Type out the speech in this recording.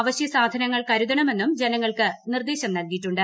അവശ്യ സാധനങ്ങൾ കരുതണമെന്നും ജനങ്ങൾക്ക് നിർദ്ദേശം നല്കിയിട്ടുണ്ട്